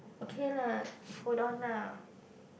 okay lah hold on lah